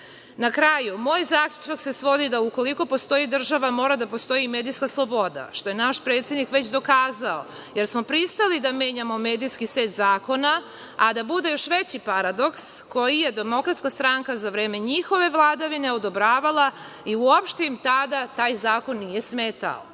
kraju, moj zaključak se svodi da ukoliko postoji država, mora da postoji i medijska sloboda, što je naš predsednik već dokazao, jer smo pristali da menjamo medijski set zakona, a da bude još veći paradoks koji je DS za vreme njihove vladavine odobravala i uopšte im tada taj zakon nije smetao.U